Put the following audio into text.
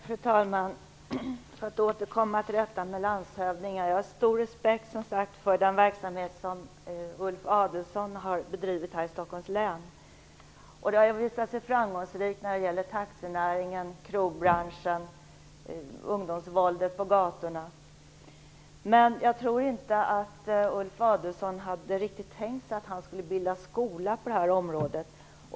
Fru talman! För att återkomma till detta med landshövdingarna vill jag säga att jag har stor respekt för den verksamhet som Ulf Adelsohn har bedrivit här i Stockholms län. Den har visat sig framgångsrik när det gäller taxinäringen, krogbranschen och ungdomsvåldet på gatorna. Men jag tror inte att Ulf Adelsohn riktigt har tänkt sig att han skulle bilda skola på detta område.